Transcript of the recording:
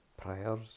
Prayers